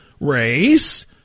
race